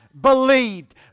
believed